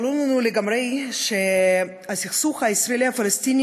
ברור לנו לגמרי שהסכסוך הישראלי פלסטיני